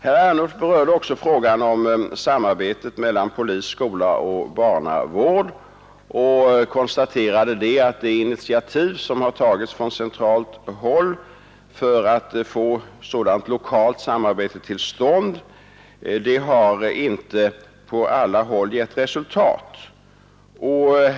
Herr Ernulf berörde också frågan om samarbetet mellan polis, skola och barnavård och konstaterade att det initiativ som tagits från centralt håll för att få sådant lokalt samarbete till stånd inte på alla håll har givit resultat.